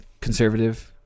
conservative